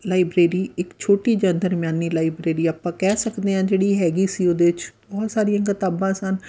library ਇੱਕ ਛੋਟੀ ਜਾਂ ਦਰਮਿਆਨੀ ਲਾਈਬ੍ਰੇਰੀ ਆਪਾਂ ਕਹਿ ਸਕਦੇ ਹਾਂ ਜਿਹੜੀ ਹੈਗੀ ਸੀ ਉਹਦੇ 'ਚ ਬਹੁਤ ਸਾਰੀਆਂ ਕਿਤਾਬਾਂ ਸਨ